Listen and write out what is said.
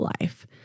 life